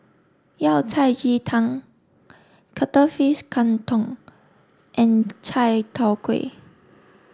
Yao Cai Ji Tang Cuttlefish Kang Kong and Chai Tow Kuay